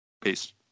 Peace